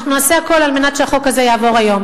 אנחנו נעשה את הכול כדי שהחוק הזה יעבור היום,